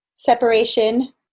separation